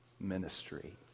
ministry